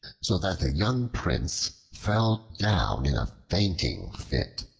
so that the young prince fell down in a fainting fit.